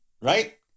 Right